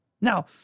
Now